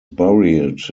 buried